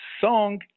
song